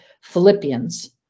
Philippians